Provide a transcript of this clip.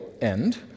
end